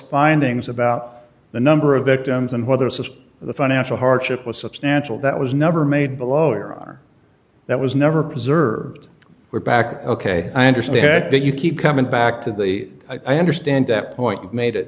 findings about the number of victims and whether since the financial hardship was substantial that was never made below or that was never preserved we're back ok i understand that you keep coming back to the i understand that point you made it